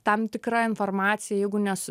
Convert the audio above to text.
tam tikra informacija jeigu nes